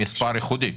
עם מספר ייחודי.